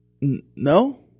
No